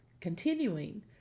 Continuing